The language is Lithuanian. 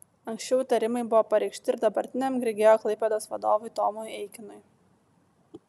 anksčiau įtarimai buvo pareikšti ir dabartiniam grigeo klaipėdos vadovui tomui eikinui